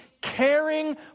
caring